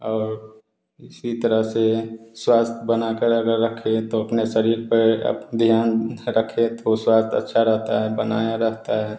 और इसी तरह से स्वास्थ्य बनाकर अगर रखे तो अपने शरीर पर आप ध्यान रखे तो स्वास्थ्य अच्छा रहता है बनाया रहता है